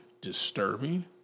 disturbing